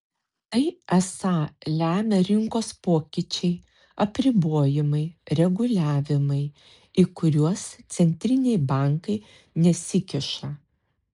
tai esą lemia rinkos pokyčiai apribojimai reguliavimai į kuriuos centriniai bankai nesikiša